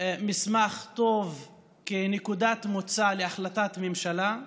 מסמך טוב כנקודת מוצא להחלטת ממשלה.